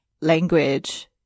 language